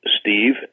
Steve